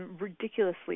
ridiculously